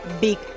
big